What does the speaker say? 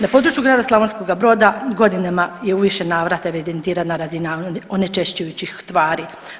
Na području grada Slavonskoga Broda godinama je u više navrata evidentirana razina onečišćujućih tvari.